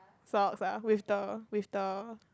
socks ah with the with the